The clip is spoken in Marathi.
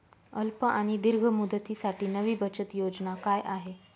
अल्प आणि दीर्घ मुदतीसाठी नवी बचत योजना काय आहे?